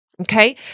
Okay